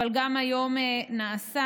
אבל גם היום נעשה.